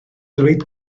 dweud